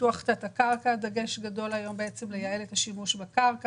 ייעול השימוש בקרקע,